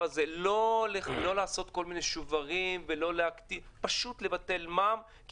לא לעשות כל מיני שוברים אלא פשוט לבטל מע"מ כי